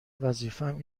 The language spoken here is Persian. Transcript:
وظیفم